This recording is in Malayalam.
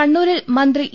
കണ്ണൂരിൽ മന്ത്രി ഇ